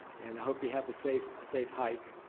and i hope you have a safe safe hike,